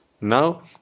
Now